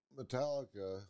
metallica